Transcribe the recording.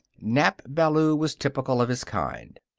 nap ballou was typical of his kind.